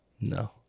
No